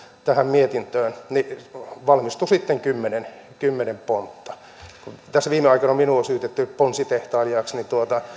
tähän mietintöön niin valmistui sitten kymmenen kymmenen pontta kun tässä viime aikoina on minua syytetty ponsitehtailijaksi niin